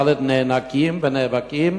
ד' נאנקים ונאבקים,